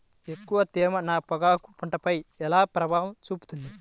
ఎక్కువ తేమ నా పొగాకు పంటపై ఎలా ప్రభావం చూపుతుంది?